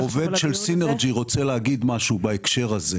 עובד של סינרג'י רוצה להגיד משהו בהקשר הזה.